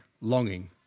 Longing